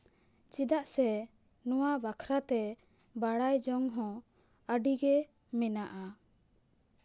ᱪᱮᱫᱟᱜ ᱥᱮ ᱱᱚᱣᱟ ᱵᱟᱠᱷᱨᱟ ᱛᱮ ᱵᱟᱲᱟᱭ ᱡᱚᱝ ᱦᱚᱸ ᱟᱹᱰᱤᱜᱮ ᱢᱮᱱᱟᱜᱼᱟ